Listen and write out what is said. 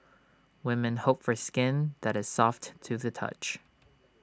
women hope for skin that is soft to the touch